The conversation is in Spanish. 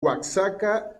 oaxaca